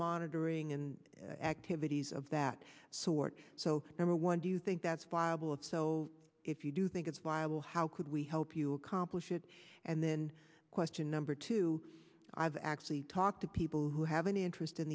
monitoring and activities of that sort so number one do you think that's viable and so if you do think it's viable how could we help you accomplish it and then question number two i've actually talked to people who have an interest in